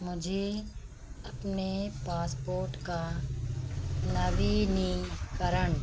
मुझे अपने पासपोर्ट का नवीनीकरण